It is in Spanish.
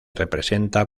representa